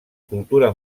cultura